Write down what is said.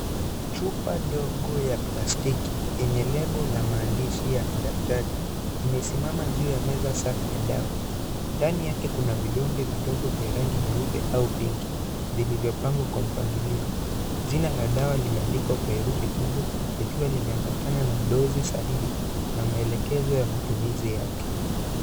Chupa dogo ya plastiki, yenye lebo la maandishi ya kidaktari. Imesimama juu ya meza safi ya dawa. Ndani yake, kuna vidonge vidogo vya rangi nyeupe au pinki, vilivyopangwa kwa mpangilio. Jina la dawa limeandikwa kwa herufi kubwa, likiwa limeambatana na dozi sahihi na maelekezo ya matumizi yake.